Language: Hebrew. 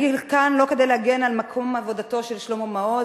אני כאן לא כדי להגן על מקום עבודתו של שלמה מעוז.